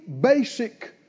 basic